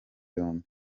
yombi